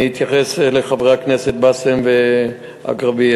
אני אתייחס לחברי הכנסת באסל ואגראביה.